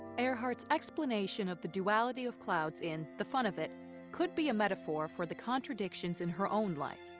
earhart's explanation of the duality of clouds in the fun of it could be a metaphor for the contradictions in her own life.